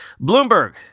Bloomberg